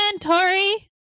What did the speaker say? Tori